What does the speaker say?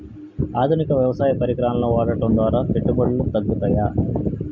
ఆధునిక వ్యవసాయ పరికరాలను వాడటం ద్వారా పెట్టుబడులు తగ్గుతయ?